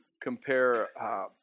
compare